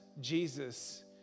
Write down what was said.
Jesus